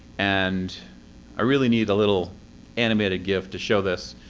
and i really need a little animated gif to show this,